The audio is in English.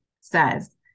says